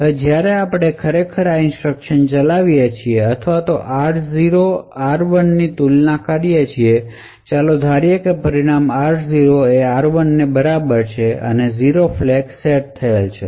હવે જ્યારે આપણે ખરેખર આ ઇન્સટ્રકશન ચલાવીએ છીએ અથવા r0 r1 ની તુલના કરીએ અને ચાલો ધારીએ કે પરિણામ r0 r1 ની બરાબર છે 0 ફ્લેગ સેટ થયેલ છે